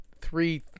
three